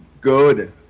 Good